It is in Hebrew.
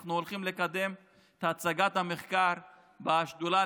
אנחנו הולכים לקדם את הצגת המחקר בשדולה